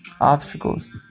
obstacles